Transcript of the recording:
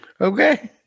Okay